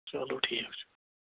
چلو ٹھیٖک چھُ